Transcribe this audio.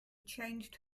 changed